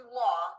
law